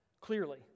Clearly